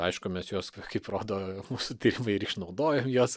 aišku mes juos kaip rodo mūsų tyrimai ir išnaudojam juos